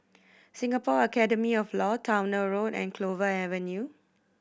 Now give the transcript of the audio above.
Singapore Academy of Law Towner Road and Clover Avenue